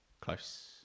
Close